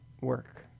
work